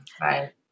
right